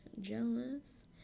jealous